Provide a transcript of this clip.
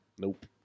Nope